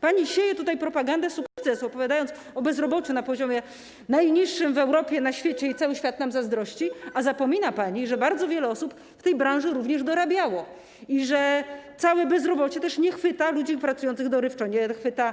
Pani sieje tutaj propagandę sukcesu, opowiadając o bezrobociu na poziomie najniższym w Europie, na świecie i o tym, jak cały świat nam zazdrości, a zapomina pani, że bardzo wiele osób w tej branży również dorabiało i że całe bezrobocie też nie chwyta ludzi pracujących dorywczo, nie chwyta